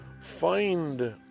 find